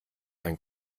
ein